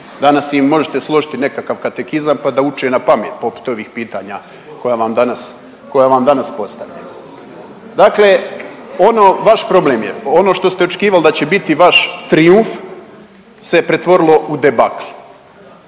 Danas im možete složiti nekakav katekizam pa da uče napamet poput ovih pitanja koja vam danas postavljaju. Dakle, ono vaš problem je ono što ste očekivali da će biti vaš trijumf se pretvorilo u debakl.